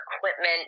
equipment